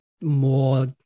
more